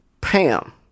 PAM